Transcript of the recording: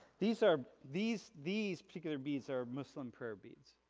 these are, these, these particular beads are muslim prayer beads,